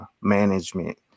management